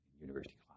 university